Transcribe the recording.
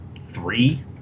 three